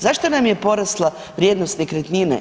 Zašto nam je porasla vrijednost nekretnine?